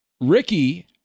Ricky